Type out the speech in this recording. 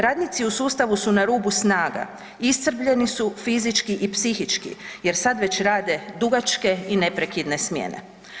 Radnici u sustavu su na rubu snaga, iscrpljeni su fizički i psihički jer sad već rade dugačke i neprekidne smjene.